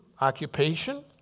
occupation